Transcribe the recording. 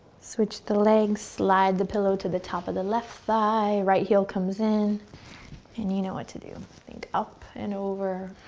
switch the legs, slide the pillow to the top of the left thigh, right heel comes in and you know what to do. think up and over.